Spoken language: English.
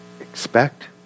Expect